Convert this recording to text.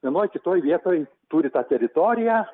vienoj kitoj vietoj turi tą teritoriją